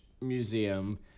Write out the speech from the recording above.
museum